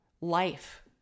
life